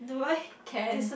can